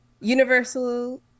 Universal